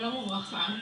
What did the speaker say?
שלום וברכה.